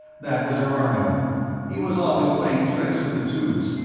that was erarno he was always playing tricks with the tubes,